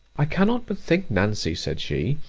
i cannot but think, nancy, said she,